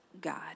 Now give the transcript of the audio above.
God